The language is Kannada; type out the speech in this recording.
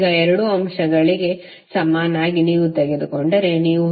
ಈ 2 ಅಂಶಗಳಿಗೆ ಸಮನಾಗಿ ನೀವು ತೆಗೆದುಕೊಂಡರೆ ನೀವು 10